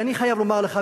ואני חייב לומר לך,